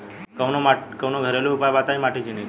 कवनो घरेलू उपाय बताया माटी चिन्हे के?